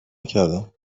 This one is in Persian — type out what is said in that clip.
نکردم